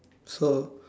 so